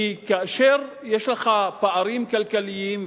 כי כאשר יש לך פערים כלכליים,